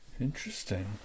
Interesting